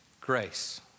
grace